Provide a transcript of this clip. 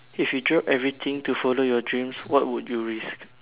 if you drop everything to follow your dreams what would you risk